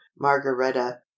Margareta